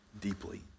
deeply